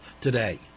today